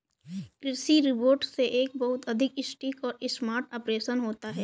कृषि रोबोट से एक बहुत अधिक सटीक और स्मार्ट ऑपरेशन होता है